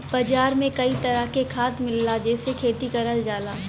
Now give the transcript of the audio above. बाजार में कई तरह के खाद मिलला जेसे खेती करल जाला